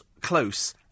close